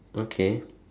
okay